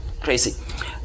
crazy